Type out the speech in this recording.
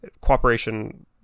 cooperation